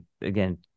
Again